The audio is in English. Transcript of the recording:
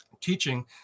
teaching